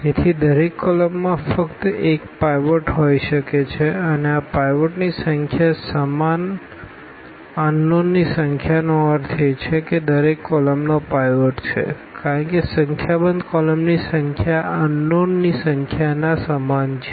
તેથી દરેક કોલમમાં ફક્ત એક પાઈવોટ હોઈ શકે છે અને આ પાઈવોટની સંખ્યા સમાન અનનોનની સંખ્યા નો અર્થ એ કે દરેક કોલમનો પાઈવોટ છે કારણ કે સંખ્યાબંધ કોલમ ની સંખ્યા અનનોનની સંખ્યા ના સમાન છે